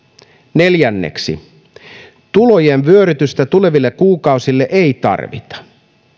neljänneksi tulojen vyörytystä tuleville kuukausille ei tarvita